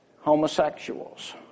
homosexuals